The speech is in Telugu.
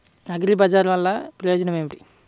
అగ్రిబజార్ వల్లన ప్రయోజనం ఏమిటీ?